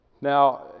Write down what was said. Now